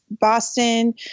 Boston